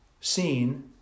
seen